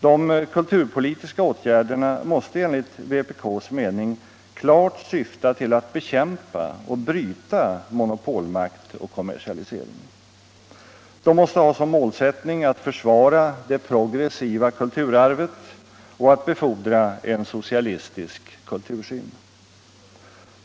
De kulturpolitiska åtgärderna måste enligt vpk:s mening klart syfta till att bekämpa och bryta monopolmakt och kommersialisering. De måste ha som målsättning att försvara det progressiva kulturarvet och att befordra en socialistisk kultursyn.